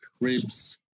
ribs